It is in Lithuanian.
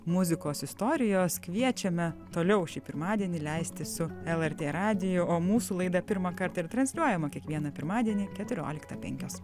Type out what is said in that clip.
muzikos istorijos kviečiame toliau šį pirmadienį leisti su lrt radiju o mūsų laida pirmą kartą ir transliuojama kiekvieną pirmadienį keturioliktą penkios